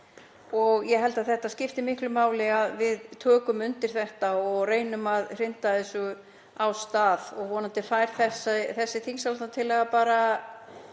og ég held að það skipti miklu máli að við tökum undir þetta og reynum að hrinda þessu af stað. Vonandi fær þessi þingsályktunartillaga bara